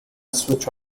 switch